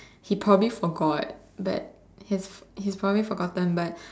he probably forgot but he probably forgotten but